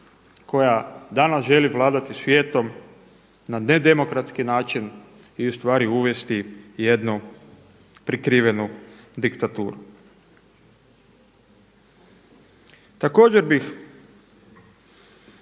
koja danas želi vladati svijetom na nedemokratski način i u stvari uvesti jednu prikrivenu diktaturu. Također bih